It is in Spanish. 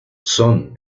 son